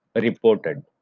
reported